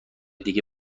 دیگه